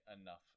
enough